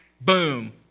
boom